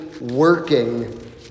working